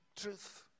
truth